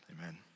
Amen